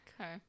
Okay